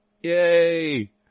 Yay